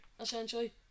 essentially